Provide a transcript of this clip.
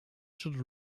should